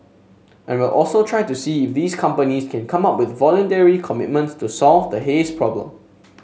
and we'll also try to see if these companies can come up with voluntary commitments to solve the haze problem